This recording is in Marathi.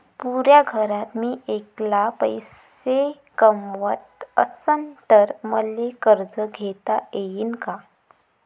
पुऱ्या घरात मी ऐकला पैसे कमवत असन तर मले कर्ज घेता येईन का?